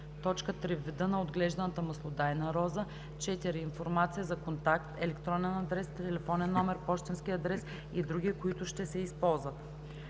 имота; 3. вида на отглежданата маслодайна роза; 4. информация за контакт – електронен адрес, телефонен номер, пощенски адрес и други, които ще се използват.